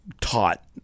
taught